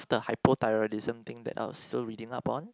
the hypothyroidism thing that I was still reading up on